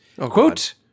Quote